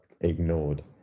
ignored